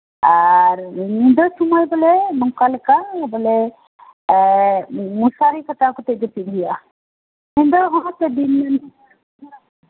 ᱟᱨ ᱟᱫᱚ ᱧᱤᱫᱟᱹ ᱥᱚᱢᱚᱭ ᱵᱚᱞᱮ ᱱᱚᱝᱠᱟ ᱞᱮᱠᱟ ᱢᱳᱥᱟᱨᱤ ᱠᱷᱟᱴᱟᱣ ᱠᱟᱛᱮᱜ ᱡᱟᱹᱯᱤᱫ ᱦᱩᱭᱩᱜᱼᱟ ᱧᱤᱫᱟᱹ ᱦᱚ ᱥᱮ ᱫᱤᱱᱢᱟᱱ